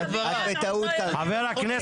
צפצף על פסק דין יקבל עכשיו חשמל.